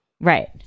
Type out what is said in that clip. Right